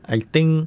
I think